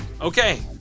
Okay